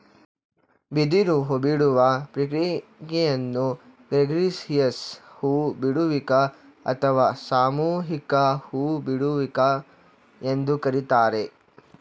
ಬಿದಿರು ಹೂಬಿಡುವ ಪ್ರಕ್ರಿಯೆಯನ್ನು ಗ್ರೆಗೇರಿಯಸ್ ಹೂ ಬಿಡುವಿಕೆ ಅಥವಾ ಸಾಮೂಹಿಕ ಹೂ ಬಿಡುವಿಕೆ ಎಂದು ಕರಿತಾರೆ